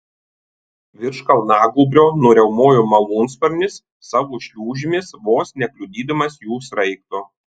virš kalnagūbrio nuriaumojo malūnsparnis savo šliūžėmis vos nekliudydamas jų sraigto